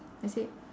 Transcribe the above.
I say